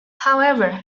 however